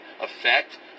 effect